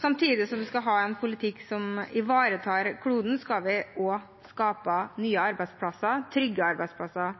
Samtidig som vi skal ha en politikk som ivaretar kloden, skal vi også skape nye arbeidsplasser, trygge arbeidsplasser.